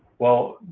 well,